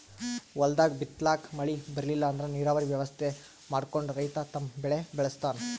ಹೊಲ್ದಾಗ್ ಬಿತ್ತಲಾಕ್ ಮಳಿ ಬರ್ಲಿಲ್ಲ ಅಂದ್ರ ನೀರಾವರಿ ವ್ಯವಸ್ಥೆ ಮಾಡ್ಕೊಂಡ್ ರೈತ ತಮ್ ಬೆಳಿ ಬೆಳಸ್ತಾನ್